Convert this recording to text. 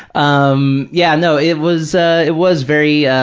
um yeah, no, it was ah it was very